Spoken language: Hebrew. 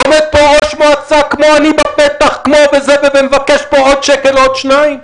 עומד פה ראש מועצה כמו עני בפתח ומבקש פה עוד שקל עוד שניים.